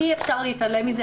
אי אפשר להתעלם מזה,